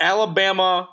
Alabama